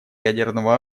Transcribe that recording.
ядерного